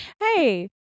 Hey